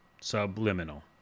Subliminal